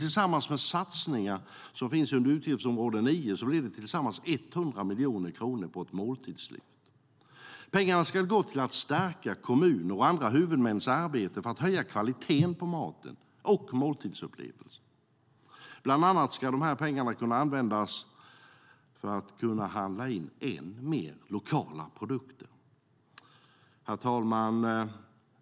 Tillsammans med satsningar som finns under utgiftsområde 9 blir det 100 miljoner på ett måltidslyft. Pengarna ska gå till att stärka kommuners och andra huvudmäns arbete för att höja kvaliteten på maten och måltidsupplevelsen. Bland annat ska pengarna kunna användas för att handla in ännu mer lokala produkter. Herr talman!